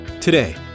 Today